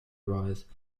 rise